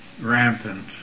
rampant